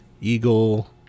eagle